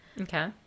Okay